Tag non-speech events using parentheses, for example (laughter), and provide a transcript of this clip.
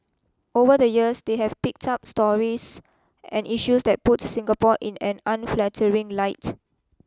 over the years they have picked up stories and issues that puts Singapore in an unflattering light (noise)